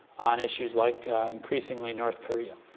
on issues like increasingly north korea.